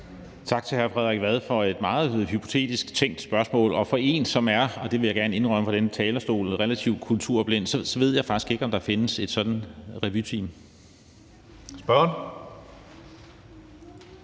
Tak til hr. Frederik Vad for et meget hypotetisk, tænkt spørgsmål. Og som en, der er – og det vil jeg gerne indrømme fra den her talerstol – relativt kulturblind, ved jeg faktisk ikke, om der findes et sådant revyteam. Kl.